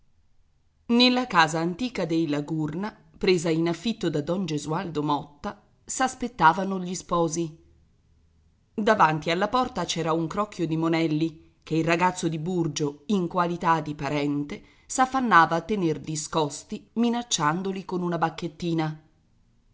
nella casa antica dei la gurna presa in affitto da don gesualdo motta s'aspettavano gli sposi davanti alla porta c'era un crocchio di monelli che il ragazzo di burgio in qualità di parente s'affannava a tener discosti minacciandoli con una bacchettina